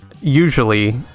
usually